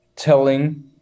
telling